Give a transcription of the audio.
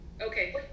Okay